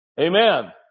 Amen